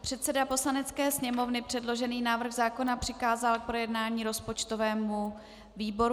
Předseda Poslanecké sněmovny předložený návrh zákona přikázal k projednání rozpočtovému výboru.